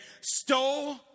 stole